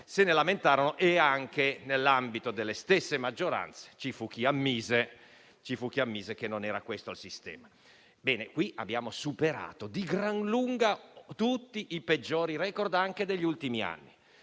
di quel Governo e anche nell'ambito delle stesse maggioranze ci fu chi ammise che non era questo il sistema. Bene, qui abbiamo superato di gran lunga tutti i peggiori *record*, anche degli ultimi anni.